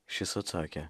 šis atsakė